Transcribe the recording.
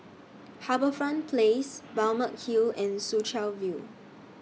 HarbourFront Place Balmeg Hill and Soo Chow View